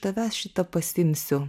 tavęs šitą pasiimsiu